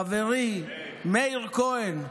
חברי מאיר כהן.